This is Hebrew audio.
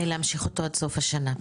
להמשיך אותו עד סוף השנה.